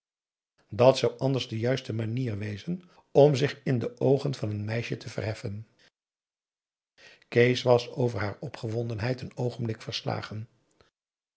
dat zou anders de juiste manier wezen om zich in de oogen van een meisje te verheffen kees was over haar opgewondenheid een oogenblik verslagen